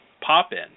pop-in